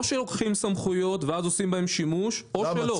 או שלוקחים סמכויות ואז עושים בהן שימוש או שלא.